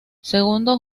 segundo